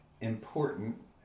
important